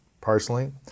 personally